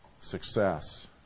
success